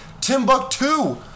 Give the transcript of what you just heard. Timbuktu